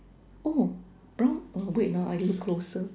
oh brown err wait ah I look closer